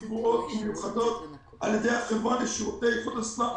מיוחדות על ידי החברה לשירותי איכות הסביבה.